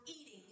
eating